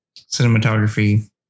cinematography